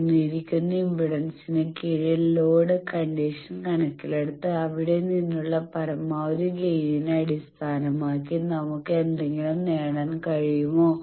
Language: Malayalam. തന്നിരിക്കുന്ന ഇംപെഡൻസിന് കീഴിൽ ലോഡ് കണ്ടീഷൻ കണക്കിലെടുത്ത് അവിടെ നിന്നുള്ള പരമാവധി ഗൈനിന്നെ അടിസ്ഥാനമാക്കി നമുക്ക് എന്തെങ്കിലും നേടാൻ കഴിയുമോ